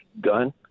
gun